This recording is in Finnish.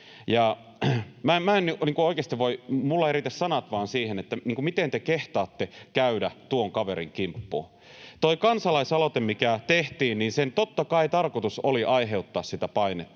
Minulla eivät riitä sanat vaan siihen, miten te kehtaatte käydä tuon kaverin kimppuun. Tuon kansalaisaloitteen, mikä tehtiin, tarkoitus oli totta kai aiheuttaa sitä painetta.